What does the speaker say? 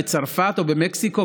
בצרפת או במקסיקו,